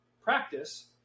practice